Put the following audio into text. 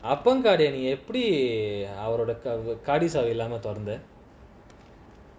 அப்பயும்பாருநீஎப்படிஅவரோடபொறந்த:apayum paru nee epdi avaroda porantha